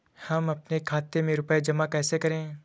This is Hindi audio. हम अपने खाते में रुपए जमा कैसे करें?